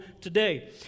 today